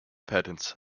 patents